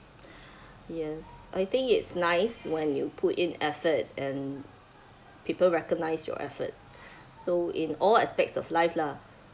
yes I think it's nice when you put in effort and people recognise your effort so in all aspects of life lah